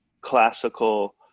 classical